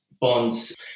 Bond's